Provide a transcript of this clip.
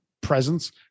presence